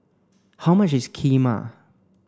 how much is Kheema